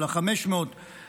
של 500 המיליון,